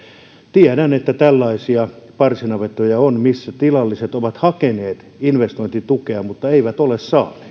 tiedän että tällaisia parsinavettoja on joihin tilalliset ovat hakeneet investointitukea mutta eivät ole